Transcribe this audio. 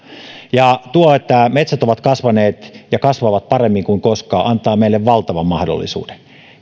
tuo että metsät ovat kasvaneet ja kasvavat paremmin kuin koskaan antaa meille valtavan mahdollisuuden